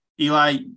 Eli